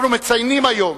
אנחנו מציינים היום